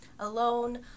Alone